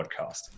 podcast